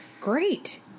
great